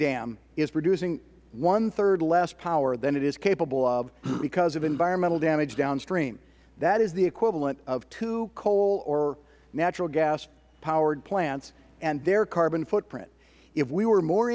dam is producing one third less power than it is capable of because of environmental damage downstream that is the equivalent of two coal or natural gas powered plants and their carbon footprint if we were more